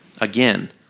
again